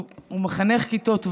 הוא מחנך כיתות ו',